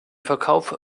verkauf